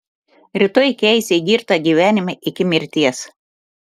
rytoj keis į girtą gyvenimą iki mirties